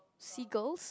seagulls